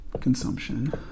consumption